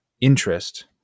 interest